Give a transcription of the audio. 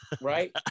right